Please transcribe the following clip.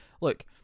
Look